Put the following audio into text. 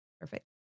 perfect